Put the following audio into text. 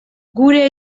gure